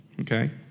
Okay